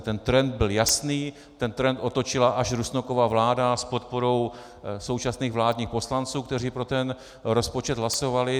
Ten trend byl jasný, ten trend otočila až Rusnokova vláda s podporou současných vládních poslanců, kteří pro ten rozpočet hlasovali.